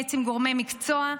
להתייעץ עם גורמי מקצוע.